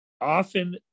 Often